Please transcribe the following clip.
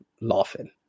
laughing